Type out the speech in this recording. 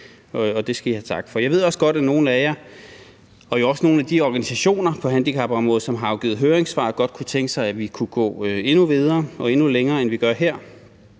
Jeg ved også godt, at nogle af jer og også nogle af de organisationer på handicapområdet, som har afgivet høringssvar, godt kunne tænke sig, at vi kunne gå endnu længere, end vi gør her,